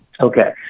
Okay